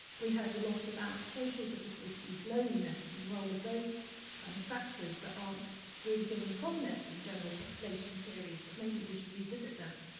we heard a lot about social difficulties, loneliness and the role of those kind of factors that aren't really given frominence in general population theories but maybe we should revisit that.